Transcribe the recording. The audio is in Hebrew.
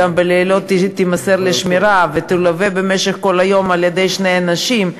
וגם בלילות תימסר לשמירה ותלווה במשך כל היום על-ידי שני אנשים.